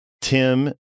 Tim